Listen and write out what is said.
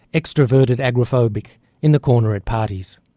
extroverted, agoraphobic in the corner at parties.